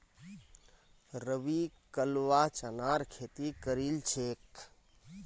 रवि कलवा चनार खेती करील छेक